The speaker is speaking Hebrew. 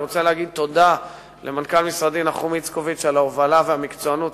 אני רוצה להגיד תודה למנכ"ל משרדי נחום איצקוביץ על ההובלה והמקצוענות,